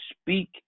speak